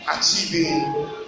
achieving